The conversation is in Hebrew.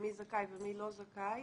מי זכאי ומי לא זכאי.